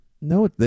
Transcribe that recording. No